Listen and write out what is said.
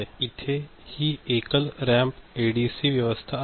इथे हि एकल रॅम्प एडीसी व्यवस्था आहे